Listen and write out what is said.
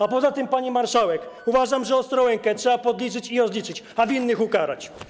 A poza tym, pani marszałek, uważam, że Ostrołękę trzeba podliczyć i rozliczyć, a winnych ukarać.